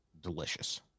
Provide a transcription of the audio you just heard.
delicious